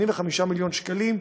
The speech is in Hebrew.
85 מיליון שקלים,